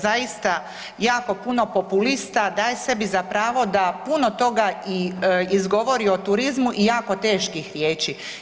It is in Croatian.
Zaista jako puno populista daje sebi za pravo da puno toga i izgovori o turizmu i jako teških riječi.